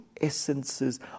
essences